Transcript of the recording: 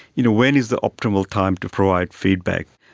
you know, when is the optimal time to provide feedback?